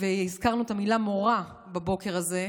הזכרנו את המילה "מורא" בבוקר הזה,